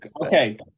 Okay